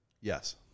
Yes